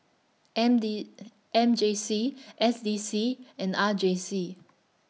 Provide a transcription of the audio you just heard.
M D M J C S D C and R J C